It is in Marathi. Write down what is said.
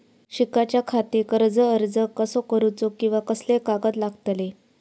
शिकाच्याखाती कर्ज अर्ज कसो करुचो कीवा कसले कागद लागतले?